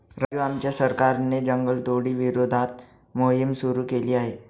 राजू आमच्या सरकारने जंगलतोडी विरोधात मोहिम सुरू केली आहे